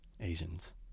asians